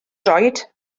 droed